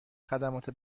خدمات